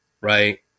Right